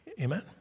Amen